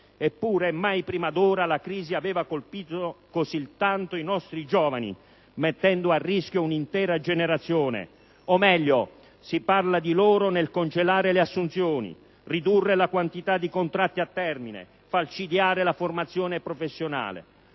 eppure, mai prima d'ora la crisi aveva colpito così tanto i nostri giovani, mettendo a rischio un'intera generazione. O meglio, si parla di loro nel congelare le assunzioni, ridurre le quantità di contratti a termine, falcidiare la formazione professionale.